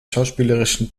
schauspielerischen